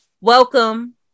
welcome